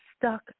stuck